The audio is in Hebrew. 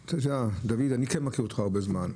דוד, אני מכיר אותך הרבה זמן.